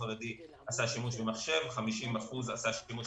החרדי עשה שימוש במחשב ו-50% עשה שימוש